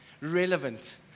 relevant